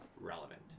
relevant